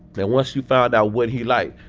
and once you found out what he liked,